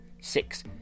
six